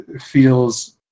feels